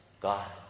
God